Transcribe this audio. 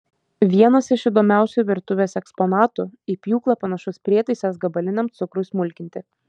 vienas iš įdomiausių virtuvės eksponatų į pjūklą panašus prietaisas gabaliniam cukrui smulkinti